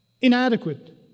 inadequate